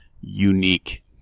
unique